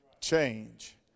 Change